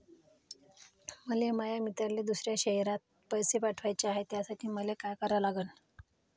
मले माया मित्राले दुसऱ्या शयरात पैसे पाठवाचे हाय, त्यासाठी मले का करा लागन?